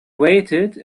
waited